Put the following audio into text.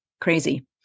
Crazy